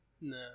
No